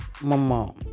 Mama